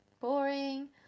boring